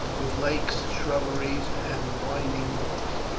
with lakes, shrubberies, and winding walks.